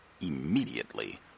immediately